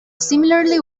similarly